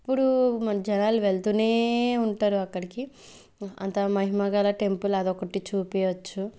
ఎప్పుడు మన జనాలు వెళ్తూనే ఉంటారు అక్కడికి అంత మహిమగల టెంపుల్ అదొక్కటి చూపించొచ్చు